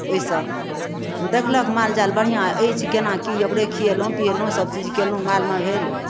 ओहिसँ देखलक माल जाल बढ़िआँ अछि केना की ओकरे खिएलहुँ पिएलहुँ सभचीज कयलहुँ मालमे भेल